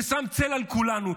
ושם צל על כולנו.